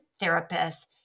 therapists